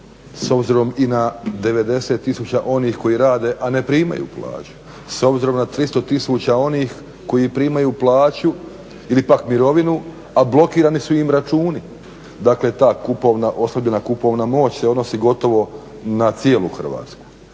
s obzirom i na 90 tisuća onih koji rade, a ne primaju plaću, s obzirom na 300 tisuća onih koji primaju plaću ili pak mirovinu, a blokirani su im računi, dakle ta kupovna oslabljena moć se odnosi gotovo na cijelu Hrvatsku.